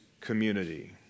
community